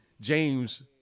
James